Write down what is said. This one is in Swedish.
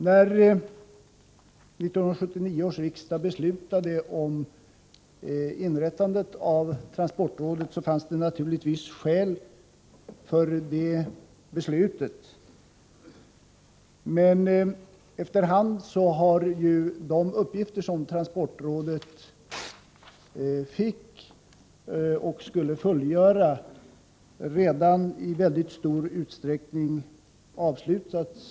När 1979 års riksmöte beslutade om inrättandet av transportrådet fanns det naturligtvis skäl för det beslutet. Men efter hand har de uppgifter som transportrådet fick att fullgöra i mycket stor utsträckning avslutats.